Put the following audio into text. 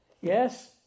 Yes